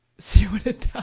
see what it